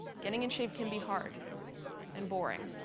getting in shape can be hard and boring,